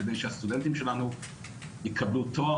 כדי שהסטודנטים שלנו יקבלו תואר